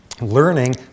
Learning